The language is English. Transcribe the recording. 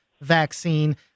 vaccine